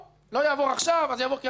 לא יעבור עכשיו יעבור קריאה ראשונה,